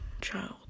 child